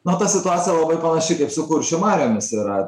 na ta situacija labai panaši kaip su kuršių mariomis yra